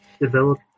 develop